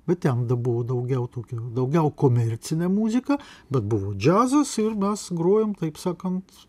bet ten buvo daugiau tokia daugiau komercinė muzika bet buvo džiazas ir mes grojom taip sakant